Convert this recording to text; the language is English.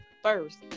First